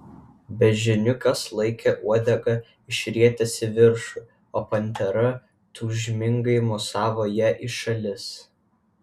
beždžioniukas laikė uodegą išrietęs į viršų o pantera tūžmingai mosavo ja į šalis